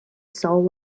soul